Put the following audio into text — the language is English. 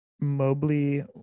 Mobley